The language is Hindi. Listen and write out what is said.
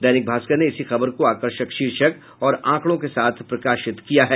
दैनिका भाष्कर ने इसी खबर को आकर्षक शीर्षक और आंकड़ों के साथ प्रकाशित किया है